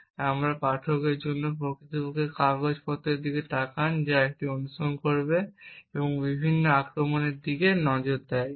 এটি আগ্রহী পাঠকদের জন্য প্রকৃতপক্ষে কাগজপত্রের দিকে তাকান যা এটি অনুসরণ করে এবং বিভিন্ন আক্রমণের দিকে নজর দেয়